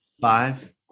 Five